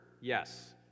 Yes